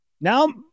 Now